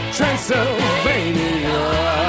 Transylvania